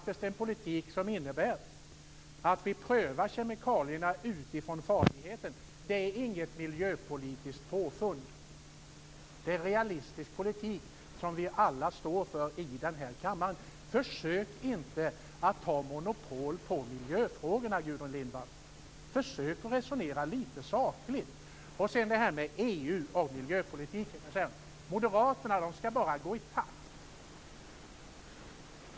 Vi har en politik som innebär att kemikalierna prövas utifrån deras farlighet. Det är inget miljöpolitiskt påfund. Det är realistisk politik som vi alla i denna kammare står för. Försök inte att ha monopol på miljöfrågorna, Gudrun Lindvall. Försök att resonera lite sakligt. Sedan var det frågan om EU och miljöpolitiken. "Moderaterna skall bara gå i takt."